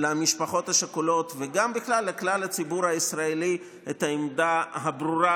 למשפחות השכולות וגם לכלל הציבור הישראלי את העמדה הברורה